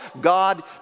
God